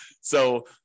So-